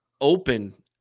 open